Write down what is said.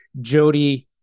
Jody